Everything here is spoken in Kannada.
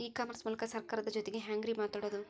ಇ ಕಾಮರ್ಸ್ ಮೂಲಕ ಸರ್ಕಾರದ ಜೊತಿಗೆ ಹ್ಯಾಂಗ್ ರೇ ಮಾತಾಡೋದು?